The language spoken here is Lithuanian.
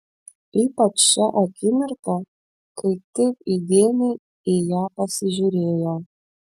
ypač šią akimirką kai taip įdėmiai į ją pasižiūrėjo